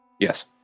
Yes